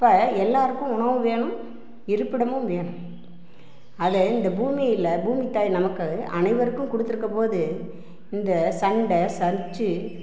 இப்போ எல்லாருக்கும் உணவு வேணும் இருப்பிடமும் வேணும் அது இந்த பூமியில் பூமித்தாய் நமக்கு அனைவருக்கும் கொடுத்துருக்க போது இந்த சண்டை சச்சு